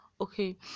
okay